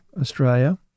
Australia